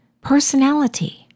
Personality